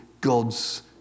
God's